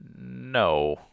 no